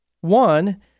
One